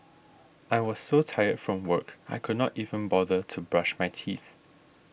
I was so tired from work I could not even bother to brush my teeth